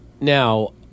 Now